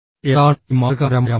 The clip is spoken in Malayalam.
എന്താണ് ഈ മാതൃകാപരമായ മാറ്റം